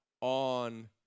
on